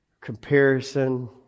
comparison